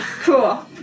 Cool